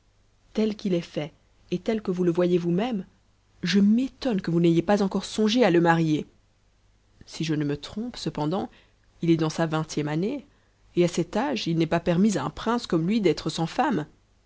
tel qu'it est fait et tel que vous le voyez vous-même je m'étonne que vous n'ayez pas encore songé à le marier si je ne me trompe cependant il est dans sa vtngtien année et à cet âge il n'est pas permis à un prince comme lui d'être sans femme